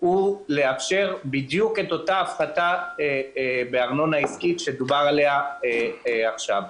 לאפשר את ההפחתה בארנונה עסקית שדובר בה עכשיו.